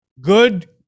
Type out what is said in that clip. Good